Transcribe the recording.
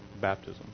baptism